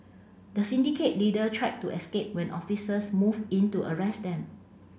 the syndicate leader tried to escape when officers moved in to arrest them